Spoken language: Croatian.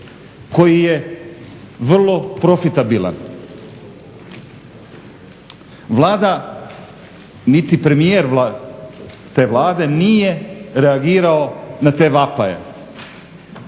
koji je vrlo profitabilan. Vlada niti premijer te Vlade nije reagirao na te vapaje.